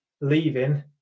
leaving